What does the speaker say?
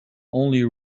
only